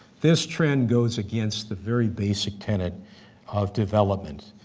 this trend goes against the very basic tenet of development,